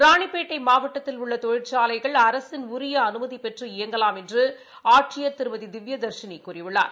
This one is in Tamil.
ராணிப்பேட்டைமாவட்டத்தில் உள்ளதொழிற்சாலைகள் அரசின் உரியஅனுமதிபெற்று இயங்கலாம் என்றுஆட்சியர் திருமதிதிவ்யதர்ஷினிகூறியுள்ளார்